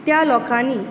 त्या लोकांनी